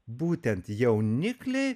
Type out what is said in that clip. būtent jaunikliai